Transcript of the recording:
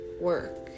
work